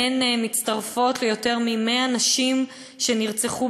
והן מצטרפות ליותר מ-100 נשים שנרצחו